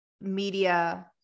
media